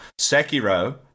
Sekiro